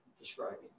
describing